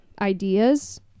ideas